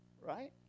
right